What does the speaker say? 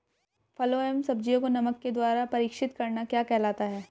फलों व सब्जियों को नमक के द्वारा परीक्षित करना क्या कहलाता है?